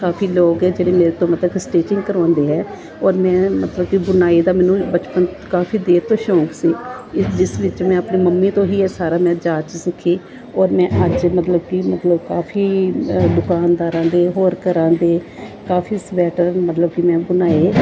ਕਾਫੀ ਲੋਕ ਆ ਜਿਹੜੇ ਮੇਰੇ ਤੋਂ ਮਤਲਬ ਕਿ ਸਟਿਚਿੰਗ ਕਰਵਾਉਂਦੇ ਹੈ ਔਰ ਮੈਂ ਮਤਲਬ ਕਿ ਬੁਣਾਈ ਦਾ ਮੈਨੂੰ ਬਚਪਨ ਕਾਫੀ ਦੇਰ ਤੋਂ ਸ਼ੌਂਕ ਸੀ ਜਿਸ ਵਿੱਚ ਮੈਂ ਆਪਣੀ ਮੰਮੀ ਤੋਂ ਹੀ ਇਹ ਸਾਰਾ ਮੈਂ ਜਾਚ ਸਿੱਖੀ ਔਰ ਮੈਂ ਅੱਜ ਮਤਲਬ ਕਿ ਮਤਲਬ ਕਾਫੀ ਦੁਕਾਨਦਾਰਾਂ ਦੇ ਹੋਰ ਘਰਾਂ ਦੇ ਕਾਫੀ ਸਵੈਟਰ ਮਤਲਬ ਕਿ ਮੈਂ ਬਣਾਏ